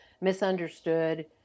misunderstood